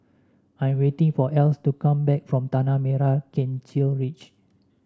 I am waiting for Else to come back from Tanah Merah Kechil Ridge